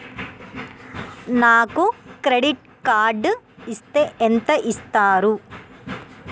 నాకు credit card ఇస్తే ఎంత ఇస్తరు?